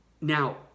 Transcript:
now